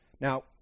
Now